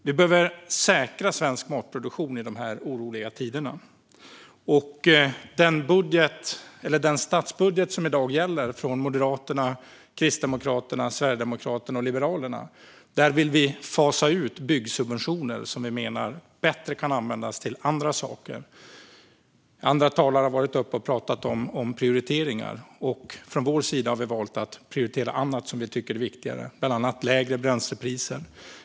Vi behöver säkra svensk matproduktion i dessa oroliga tider. I den statsbudget från Moderaterna, Kristdemokraterna, Sverigedemokraterna och Liberalerna som i dag gäller vill vi fasa ut byggsubventionerna, som vi menar kan användas bättre till andra saker. Andra talare har pratat om prioriteringar, och från vår sida har vi valt att prioritera annat som vi tycker är viktigare, bland annat lägre bränslepriser.